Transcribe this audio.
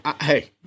Hey